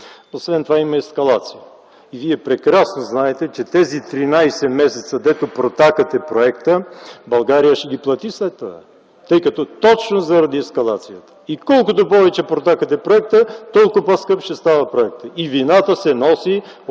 Освен това има ескалация и Вие прекрасно знаете, че тези 13 месеца, дето протакате проекта, България ще ги плати след това точно заради ескалацията. Колкото повече протакате проекта, толкова по-скъп ще става той и вината се носи от